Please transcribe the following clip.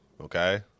Okay